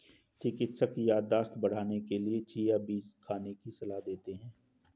चिकित्सक याददाश्त बढ़ाने के लिए चिया बीज खाने की सलाह देते हैं